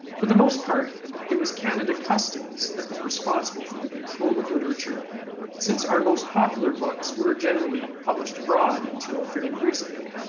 for the most part it was canada customs that was responsible for the control of literature since our most popular books were generally published abroad until fairly recently.